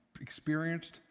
experienced